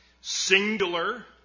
singular